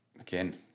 Again